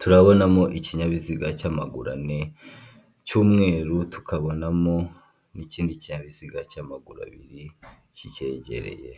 turabonamo ikinyabiziga cy'amaguru ane cy'umweru, tukabonamo n'ikindi kinyabiziga cy'amaguru abiri kicyegereye.